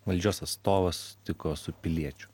valdžios atstovas susitiko su piliečiu